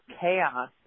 chaos